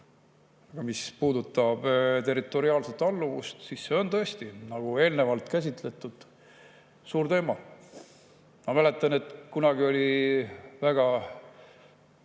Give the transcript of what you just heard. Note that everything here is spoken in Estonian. Aga mis puudutab territoriaalset alluvust, siis see on tõesti, nagu eelnevalt käsitletud, suur teema. Ma mäletan, et kunagi oli väga